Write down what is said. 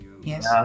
Yes